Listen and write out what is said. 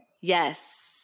Yes